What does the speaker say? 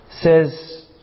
says